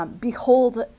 Behold